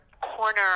corner